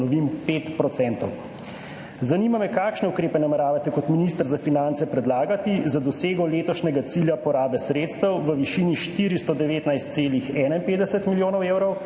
Zanima me: Kakšne ukrepe nameravate kot minister za finance predlagati za dosego letošnjega cilja porabe sredstev v višini 419,51 milijona evrov